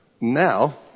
now